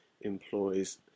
employs